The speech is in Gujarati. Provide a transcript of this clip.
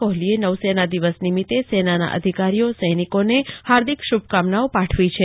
કોહલીએ નૌસેના દિવસ નિમિત્તે સેનાના અધિકારીઓ સૈનિકોને હાર્દિક શુભકામનાઓ પાઠવી છે